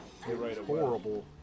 horrible